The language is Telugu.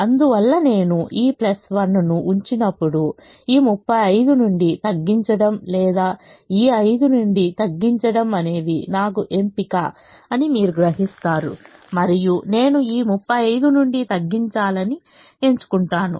అందువల్ల నేను ఈ 1 ను ఉంచినప్పుడు ఈ 35 నుండి తగ్గించడం లేదా ఈ 5 నుండి తగ్గించడం అనేవి నాకు ఎంపిక అని మీరు గ్రహిస్తారు మరియు నేను ఈ 35 నుండి తగ్గించాలని ఎంచుకుంటాను